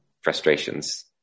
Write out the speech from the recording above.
frustrations